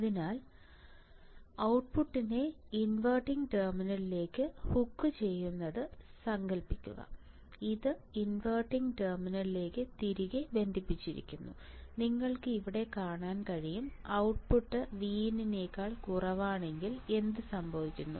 അതിനാൽ ഔട്ട്പുട്ടിനെ ഇൻവെർട്ടിംഗ് ടെർമിനലിലേക്ക് ഹുക്ക് ചെയ്യുന്നത് സങ്കൽപ്പിക്കുക ഇത് ഇൻവെർട്ടിംഗ് ടെർമിനലിലേക്ക് തിരികെ ബന്ധിപ്പിച്ചിരിക്കുന്നു നിങ്ങൾക്ക് ഇവിടെ കാണാൻ കഴിയും ഔട്ട്പുട്ട് Vin നേക്കാൾ കുറവാണെങ്കിൽ എന്തു സംഭവിക്കുന്നു